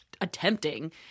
attempting